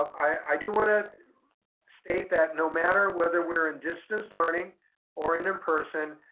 i do wanna state that no matter whether we're in distance learning or in in person,